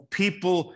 people